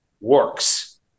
works